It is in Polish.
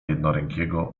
jednorękiego